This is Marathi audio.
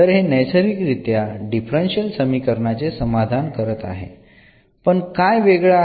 तर हे नैसर्गिकरित्या डिफरन्शियल समीकरणाचे समाधान करत आहे पण काय वेगळं आहे